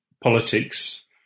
politics